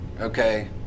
okay